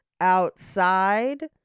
outside